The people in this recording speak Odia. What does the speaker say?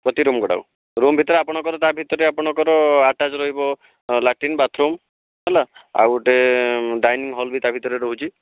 ପ୍ରତି ରୁମ୍ ଗୁଡ଼ାକ ରୁମ୍ ଭିତରେ ଆପଣଙ୍କର ତା ଭିତରେ ଆପଣଙ୍କର ଆଟାଚ୍ ରହିବ ଲାଟିନ୍ ବାଥ୍ରୁମ୍ ହେଲା ଆଉ ଗୋଟିଏ ଡାଇନିଙ୍ଗ୍ ହଲ୍ ବି ତା ଭିତରେ ରହୁଛି